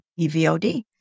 EVOD